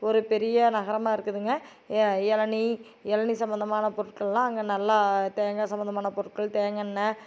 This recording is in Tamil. ஒரு பெரிய நகரமாக இருக்குதுங்க இளநீ இளநீ சம்பந்தமான பொருட்கள்லாம் அங்கே நல்லா தேங்காய் சம்மந்தமான பொருட்கள் தேங்காண்ணெய்